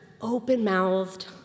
open-mouthed